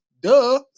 duh